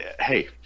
Hey